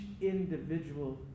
individual